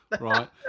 right